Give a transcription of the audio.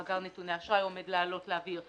מאגר נתוני האשראי עומד לעלות לאוויר,